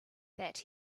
that